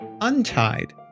untied